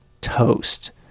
toast